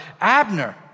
Abner